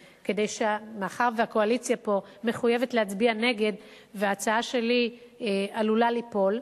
ומאחר שהקואליציה פה מחויבת להצביע נגד וההצעה שלי עלולה ליפול,